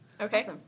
Okay